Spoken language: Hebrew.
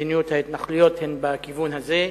מדיניות ההתנחלויות הוא בכיוון הזה.